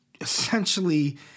essentially